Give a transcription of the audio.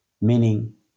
meaning